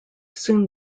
soon